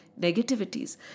negativities